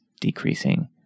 decreasing